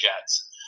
Jets